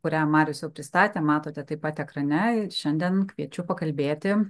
kurią marius jau pristatė matote taip pat ekrane ir šiandien kviečiu pakalbėti